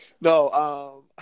No